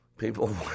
People